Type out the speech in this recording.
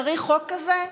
צריך חוק כזה,